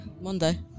monday